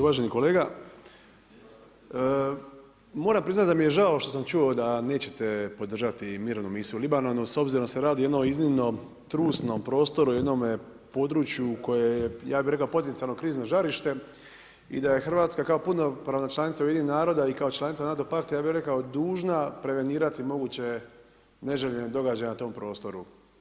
Uvaženi kolega, moram priznati da mi je žao što sam čuo da nećete podržati mirovnu misiju u Libanonu, s obzirom da se radi o jednom iznimno trusnom prostoru, jednome području koje je, ja bih rekao potencijalno krizno žarište i da je Hrvatska kao punopravna članica UN-a i kao članica NATO pakta ja bih rekao dužna prevenirati moguće neželjene događaje na tom prostoru.